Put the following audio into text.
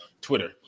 Twitter